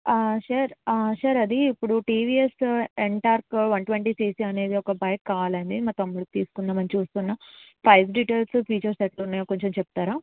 sir sir అది TVS Ntorq one twenty five CC అనేది ఒక బైక్ కావాలండి మా తమ్ముడికి తీసుకుందామని చూస్తున్నాం ప్రైజ్ డీటెయిల్స్ ఫీచర్స్ ఎట్లున్నాయో కొంచెం చెప్తారా